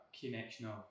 connection